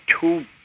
two